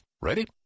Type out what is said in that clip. Ready